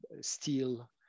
steel